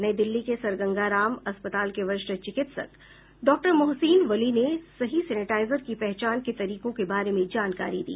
नई दिल्ली के सर गंगा राम अस्पताल के वरिष्ठ चिकित्सक डॉक्टर मोहसिन वली ने सही सेनेटाईजर की पहचान के तरीकों के बारे में जानकारी दी